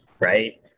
right